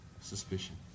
suspicion